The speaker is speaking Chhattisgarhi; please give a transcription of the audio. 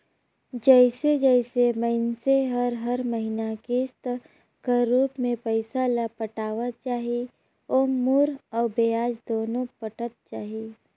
जइसे जइसे मइनसे हर हर महिना किस्त कर रूप में पइसा ल पटावत जाही ओाम मूर अउ बियाज दुनो पटत जाही